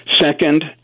Second